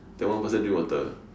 then one person drink water